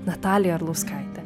natalija arlauskaite